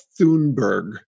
Thunberg